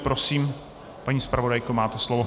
Prosím, paní zpravodajko, máte slovo.